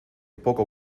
poco